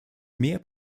mehr